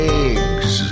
eggs